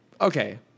Okay